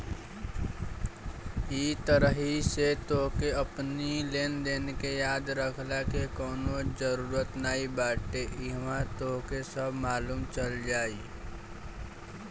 इ तरही से तोहके अपनी लेनदेन के याद रखला के कवनो जरुरत नाइ बाटे इहवा तोहके सब मालुम चल जाई